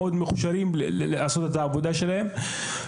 מוכשרים ומתאימים בשלמות לעבודה שאותה הם עושים.